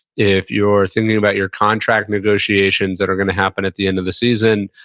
if you're thinking about your contract negotiations that are going to happen at the end of the season,